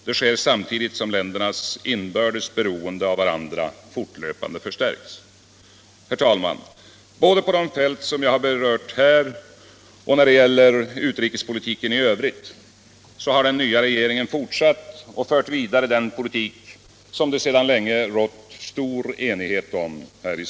Det sker samtidigt som ländernas inbördes beroende av var andra fortlöpande förstärks. Herr talman! Både på de fält som jag här har berört och när det gäller utrikespolitiken i övrigt har den nya regeringen fortsatt och fört vidare den politik som det sedan länge rått stor enighet om.